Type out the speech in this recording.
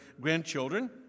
grandchildren